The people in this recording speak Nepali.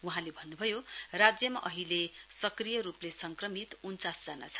वहाँले भन्नुभयो राज्यमा अहिले सक्रिय रुपले संक्रमित उन्चास जना छन्